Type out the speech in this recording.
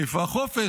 איפה החופש?